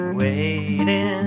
waiting